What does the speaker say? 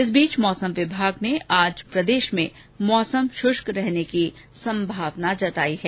इस बीच मौसम विभाग ने आज प्रदेश में मौसम शुष्क रहने की संभावना जताई है